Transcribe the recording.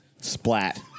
splat